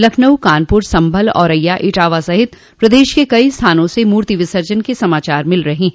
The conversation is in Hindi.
लखनऊ कानपुर सम्भल औरैया इटावा सहित प्रदेश के कई स्थानों से मूर्ति विसर्जन के समाचार मिल रहे हैं